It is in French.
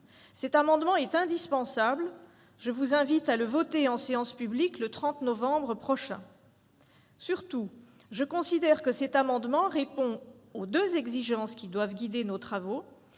cet amendement est indispensable : je vous invite à le voter en séance publique, le 30 novembre prochain. Surtout, je considère que cet amendement répond aux deux exigences qui doivent guider nos travaux